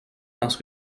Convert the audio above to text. danses